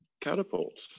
catapult